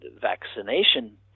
vaccination